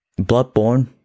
Bloodborne